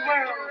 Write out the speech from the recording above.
world